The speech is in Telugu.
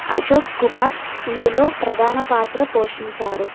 అశోక్ కుమార్ ఇందులో ప్రధాన పాత్ర పోషించారు